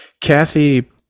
Kathy